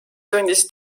tundis